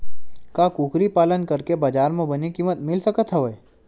का कुकरी पालन करके बजार म बने किमत मिल सकत हवय?